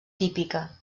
típica